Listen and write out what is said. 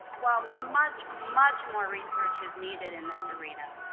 while much, much more research is needed in this arena,